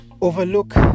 Overlook